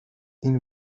این